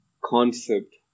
concept